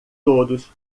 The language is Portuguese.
todos